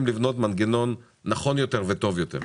לבנות מנגנון נכון יותר וטוב יותר.